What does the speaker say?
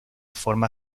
forma